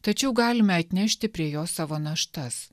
tačiau galime atnešti prie jo savo naštas